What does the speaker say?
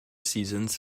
seasons